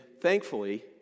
thankfully